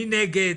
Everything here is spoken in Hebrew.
מי נגד?